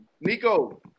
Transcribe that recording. Nico